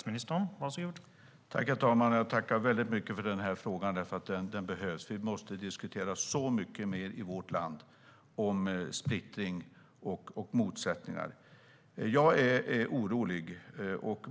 Herr talman! Jag tackar mycket för den frågan, för den behövs. Vi måste diskutera splittring och motsättningar så mycket mer i vårt land. Jag är orolig.